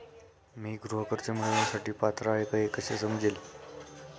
मी गृह कर्ज मिळवण्यासाठी पात्र आहे का हे कसे समजेल?